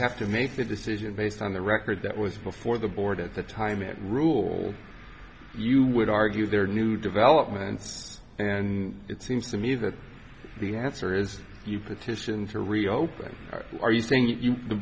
have to make that decision based on the record that was before the board at the time it rule you would argue there are new developments and it seems to me that the answer is you petition to reopen or are you thinking the